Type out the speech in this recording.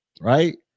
right